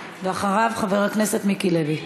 ואחריו, חבר הכנסת מיקי לוי.